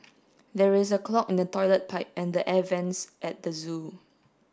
there is a clog in the toilet pipe and the air vents at the zoo